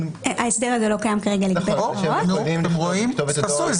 ההסדר הזה לא קיים כרגע לגבי --- תעשו הסדרים